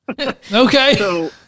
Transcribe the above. Okay